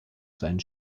seinen